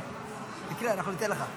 איפה אני אעמוד?